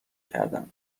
کردم